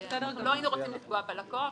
לא היינו רוצים לפגוע בלקוח.